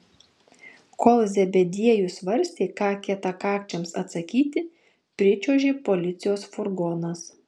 kol zebediejus svarstė ką kietakakčiams atsakyti pričiuožė policijos furgonas